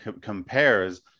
compares